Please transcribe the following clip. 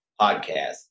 podcast